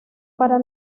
para